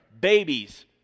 babies